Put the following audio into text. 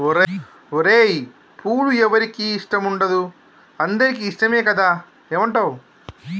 ఓరై పూలు ఎవరికి ఇష్టం ఉండదు అందరికీ ఇష్టమే కదా ఏమంటావ్